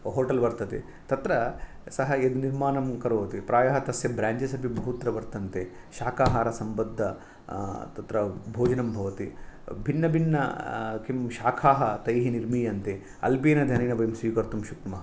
hotel वर्तते तत्र सः यद्निर्माणं करोति प्रायः तस्य ब्राञ्जेस् अपि बहुत्र वर्तन्ते शाकाहारसम्बद्ध तत्र भोजनं भवति भिन्नभिन्न किं शाखाः तैः निर्मीयन्ते अल्पेन धनेन वयं स्वीकतुं शक्नुमः